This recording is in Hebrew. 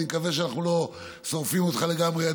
אני מקווה שאנחנו לא שורפים אותך לגמרי,